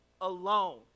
alone